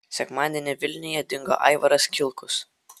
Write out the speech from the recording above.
sekmadienį vilniuje dingo aivaras kilkus